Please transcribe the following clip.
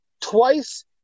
twice